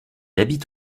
habite